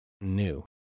new